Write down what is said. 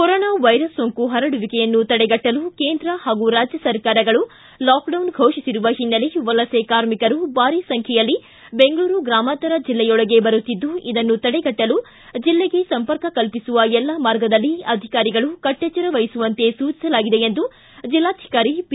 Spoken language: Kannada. ಕೊರೊನಾ ವೈರಸ್ ಸೋಂಕು ಪರಡುವಿಕೆಯನ್ನು ತಡೆಗಟ್ಲಲು ಕೇಂದ್ರ ಹಾಗೂ ರಾಜ್ಯ ಸರ್ಕಾರಗಳು ಲಾಕ್ಡೌನ್ ಘೋಷಿಸಿರುವ ಹಿನ್ನೆಲೆ ವಲಸೆ ಕಾರ್ಮಿಕರು ಬಾರಿ ಸಂಖ್ಯೆಯಲ್ಲಿ ಬೆಂಗಳೂರು ಗ್ರಾಮಾಂತರ ಜಿಲ್ಲೆಯೊಳಗೆ ಬರುತ್ತಿದ್ದು ಇದನ್ನು ತಡೆಗಟ್ಟಲು ಜಿಲ್ಲೆಗೆ ಸಂಪರ್ಕ ಕಲ್ಪಿಸುವ ಎಲ್ಲಾ ಮಾರ್ಗದಲ್ಲಿ ಅಧಿಕಾರಿಗಳು ಕಟ್ಟೆಚ್ಚರ ವಹಿಸುವಂತೆ ಸೂಚಿಸಲಾಗಿದೆ ಎಂದು ಜಿಲ್ಲಾಧಿಕಾರಿ ಪಿ